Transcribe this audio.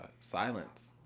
silence